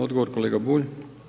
Odgovor kolega Bulj.